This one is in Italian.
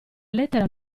lettera